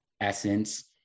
essence